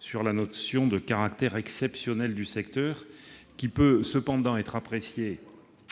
sur la notion de caractère exceptionnel du secteur, qui peut cependant être apprécié